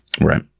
Right